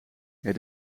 het